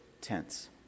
tense